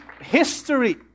history